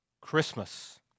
Christmas